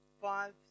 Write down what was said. five